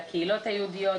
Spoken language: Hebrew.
לקהילות היהודיות,